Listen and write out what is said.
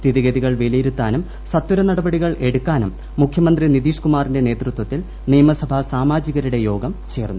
സ്ഥിതിഗതികൾ വില്യിരുത്താനും സത്വര നടപടികൾ എടുക്കാനും മുഖ്യമന്ത്രി നിത്രീഷ് കുമാറിന്റെ നേതൃത്വത്തിൽ നിയമസഭാ സാമാജികരുട്ടെ ്യോഗം ചേർന്നു